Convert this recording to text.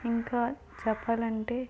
ఇంకా చెప్పాలంటే